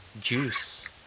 juice